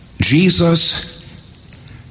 Jesus